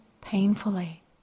painfully